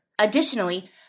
Additionally